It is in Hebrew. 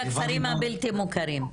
לכפרים הבלתי מוכרים.